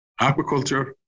aquaculture